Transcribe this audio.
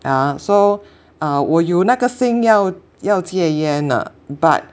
yeah so uh 我有那个心要要戒烟的 but